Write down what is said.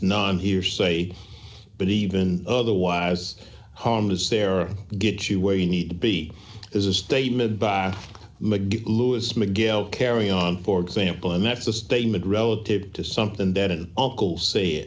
non hearsay but even otherwise harm is there or get you where you need to be is a statement by mcg louis miguel carry on for example and that's a statement relative to something that an uncle say